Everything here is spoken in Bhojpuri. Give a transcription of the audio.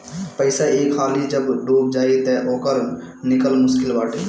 पईसा एक हाली जब डूब जाई तअ ओकर निकल मुश्लिक बाटे